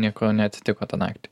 nieko neatsitiko tą naktį